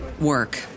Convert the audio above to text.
work